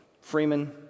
Freeman